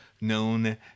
known